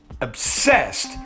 obsessed